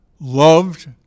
loved